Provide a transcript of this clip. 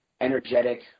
energetic